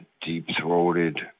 deep-throated